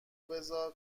بزار